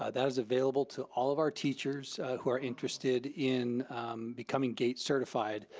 ah that is available to all of our teachers, who are interested in becoming gate certified,